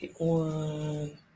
One